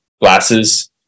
glasses